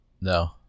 no